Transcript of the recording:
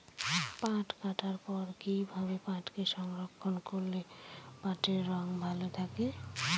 পাট কাটার পর কি ভাবে পাটকে সংরক্ষন করলে পাটের রং ভালো থাকে?